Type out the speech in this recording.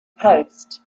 post